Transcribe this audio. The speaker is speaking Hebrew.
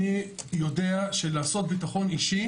אני יודע שלעשות ביטחון אישי